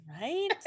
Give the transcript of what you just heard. right